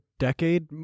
decade